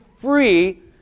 free